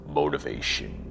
motivation